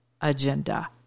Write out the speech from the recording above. agenda